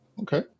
Okay